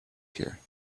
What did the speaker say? here